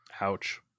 Ouch